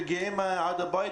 מגיעות עד הבית.